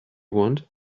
want